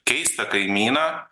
keistą kaimyną